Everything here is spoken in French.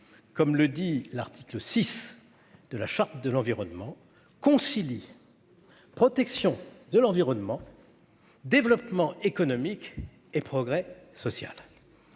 Comme le dit l'article 6 de la charte de l'environnement concilie. Protection de l'environnement. Développement économique et progrès social.